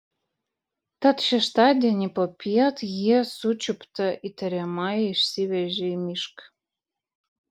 tad šeštadienį popiet jie sučiuptą įtariamąjį išsivežė į mišką